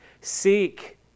Seek